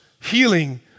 healing